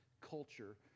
culture